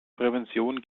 prävention